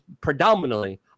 predominantly